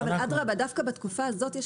אבל אדרבה דווקא בתקופה הזאת יש